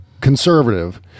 conservative